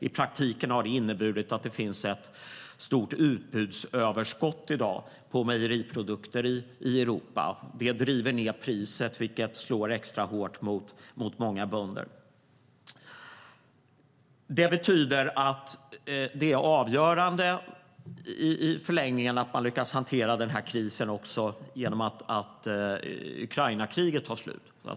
I praktiken har det inneburit att det finns ett stort utbudsöverskott i dag på mejeriprodukter i Europa. Det driver ned priset, vilket slår extra hårt mot många bönder. Det är avgörande i förlängningen att man lyckas hantera den krisen genom att Ukrainakriget tar slut.